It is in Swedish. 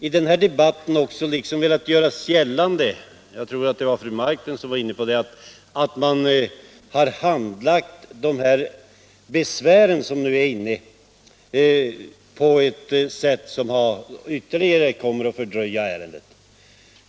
I denna debatt har man också velat göra gällande — jag tror att det var fru Marklund som var inne på det — att de besvär som ingivits skulle ha handlagts på ett sätt som ytterligare kommer att fördröja ärendet.